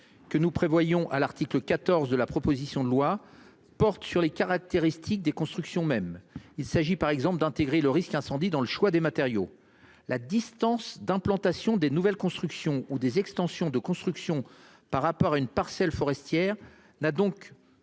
Que nous prévoyons à l'article 14 de la proposition de loi porte sur les caractéristiques des constructions même il s'agit par exemple d'intégrer le risque incendie dans le choix des matériaux, la distance d'implantation des nouvelles constructions ou des extensions de construction par rapport à une parcelle forestière n'a donc